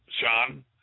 Sean